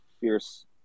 fierce